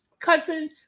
Cousin